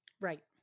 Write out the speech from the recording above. Right